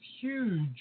huge